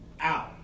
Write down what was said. out